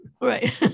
Right